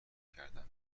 کردندمن